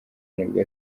nubwo